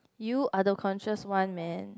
you are the conscious one man